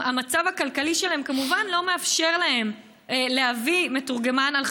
והמצב הכלכלי שלהם כמובן לא מאפשר להם להביא מתורגמן על חשבונם,